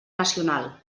nacional